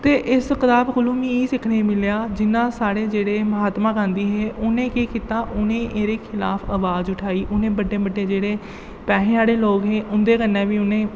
ते इस किताब कोलू मी एह् सिक्खने गी मिलेआ जि'यां साढ़े जेह्ड़े म्हात्मा गांधी हे उ'नें केह् कीता उ'नें एह्दे खलाफ अबाज उठाई उ'नें बड्डे बड्डे जेह्ड़े पैहे आह्ले लोक हे उं'दे कन्नै बी उ'नें